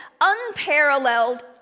unparalleled